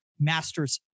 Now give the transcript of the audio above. masters